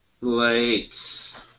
Lights